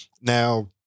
Now